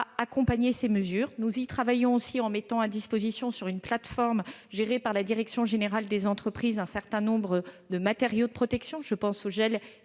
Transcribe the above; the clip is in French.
accompagner ces mesures. Nous y travaillons également en mettant à disposition, sur une plateforme gérée par la direction générale des entreprises, un certain nombre de matériels de protection pouvant